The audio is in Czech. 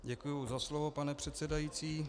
Děkuji za slovo, pane předsedající.